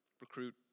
recruit